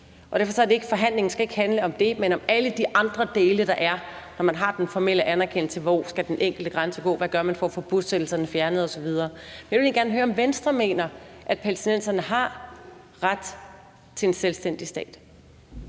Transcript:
Derfor skal forhandlingen ikke handle om det, men om alle de andre dele, der er, når man har den formelle anerkendelse: Hvor skal den enkelte grænse gå, hvad gør man for at få bosættelserne fjernet, osv.? Jeg vil egentlig gerne høre, om Venstre mener palæstinenserne har ret til en selvstændig stat.